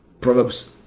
Proverbs